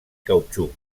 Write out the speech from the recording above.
cautxú